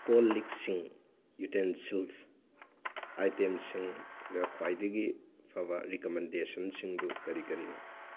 call ꯂꯤꯛꯁꯤꯡ utensil ꯑꯥꯏꯇꯦꯝꯁꯤꯡꯗ ꯈ꯭ꯋꯥꯏꯗꯒꯤ ꯐꯕ ꯔꯤꯀꯃꯦꯟꯗꯦꯁꯟꯁꯤꯡꯗꯨ ꯀꯔꯤ ꯀꯔꯤꯅꯣ